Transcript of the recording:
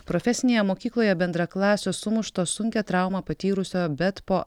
profesinėje mokykloje bendraklasio sumušto sunkią traumą patyrusio bet po